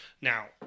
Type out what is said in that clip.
Now